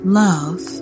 love